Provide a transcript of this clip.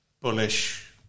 bullish